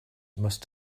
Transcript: must